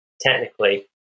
technically